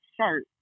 shirt